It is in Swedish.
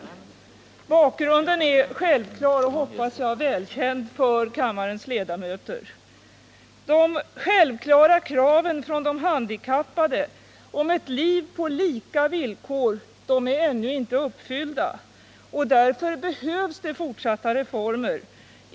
Bakgrunden är självklar och — hoppas jag — välkänd för kammarens ledamöter. För det första är de självklara kraven från de handikappade på ett liv på lika villkor ännu inte uppfyllda, och därför behövs det fortsatta reformer.